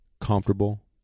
comfortable